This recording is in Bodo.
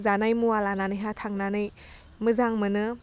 जानाय मुवा लानानैहाय थांनानै मोजां मोनो